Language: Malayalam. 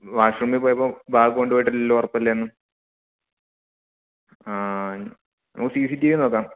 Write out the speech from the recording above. വാഷ്റൂമില് പോയപ്പോള് ബാഗ് കൊണ്ടുപോയിട്ടില്ലല്ലോ ഉറപ്പല്ലേന്ന് ആ നമുക്ക് സി സി ടി വി നോക്കാം